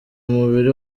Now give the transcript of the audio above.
umubiri